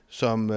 som